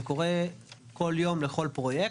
זה קורה כל יום לכל פרויקט.